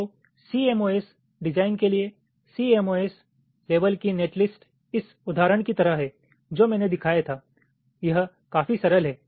तो CMOS design के लिए सीएमओएस लेवेल की नेटलिस्ट इस उदाहरण की तरह है जो मैंने दिखाया था यह काफी सरल है